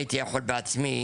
בעצמי